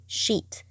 sheet